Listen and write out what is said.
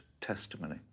testimony